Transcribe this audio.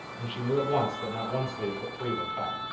and she knew at once that not one sleeve but three were cut,